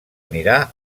anirà